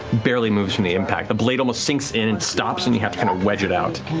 barely moves from the impact. the blade almost sinks in and stops and you have to and wedge it out.